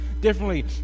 differently